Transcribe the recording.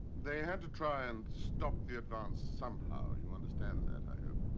they had to try and stop the advance somehow, you understand that i hope.